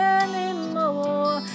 anymore